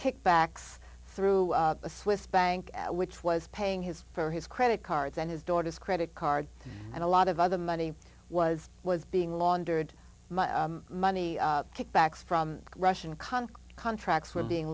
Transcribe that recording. kickbacks through a swiss bank which was paying his for his credit cards and his daughter's credit card and a lot of other money was was being laundered money kickbacks from russian conk contracts were being